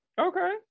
Okay